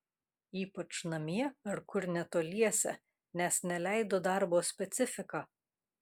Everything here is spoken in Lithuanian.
ypač namie ar kur netoliese nes neleido darbo specifika